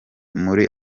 muri